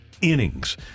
innings